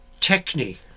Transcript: technique